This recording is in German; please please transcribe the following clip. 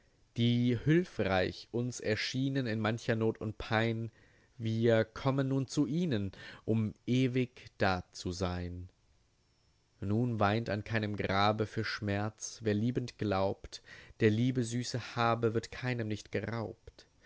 die hülfreich uns erschienen in mancher not und pein wir kommen nun zu ihnen um ewig da zu sein nun weint an keinem grabe für schmerz wer liebend glaubt der liebe süße habe wird keinem nicht geraubt